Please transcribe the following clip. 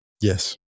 Yes